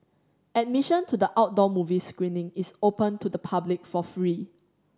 admission to the outdoor movie screening is open to the public for free